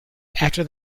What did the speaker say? after